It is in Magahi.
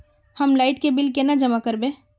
हम लाइट के बिल केना जमा करबे?